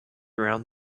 around